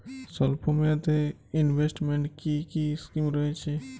স্বল্পমেয়াদে এ ইনভেস্টমেন্ট কি কী স্কীম রয়েছে?